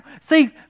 see